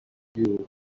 you